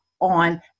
on